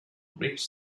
rich